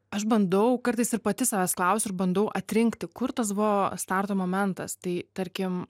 aš bandau kartais ir pati savęs klausiu ir bandau atrinkti kur tas buvo starto momentas tai tarkim